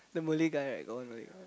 the Malay guy right got one Malay guy